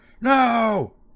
no